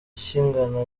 kingana